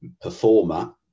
performer